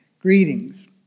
greetings